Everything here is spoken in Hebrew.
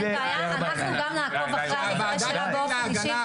אנחנו גם נעקוב אחרי הדברים שלה באופן אישי,